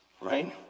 right